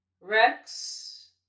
Rex